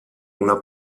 una